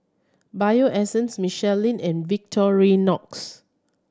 Bio Essence Michelin and Victorinox